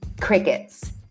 crickets